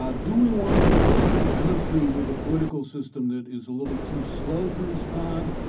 um do we want to live in a country with a political system that is a little too slow to respond,